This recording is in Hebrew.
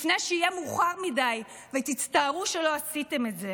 לפני שיהיה מאוחר מדי ותצטערו שלא עשיתם את זה.